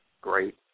great